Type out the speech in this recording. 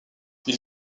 ils